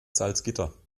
salzgitter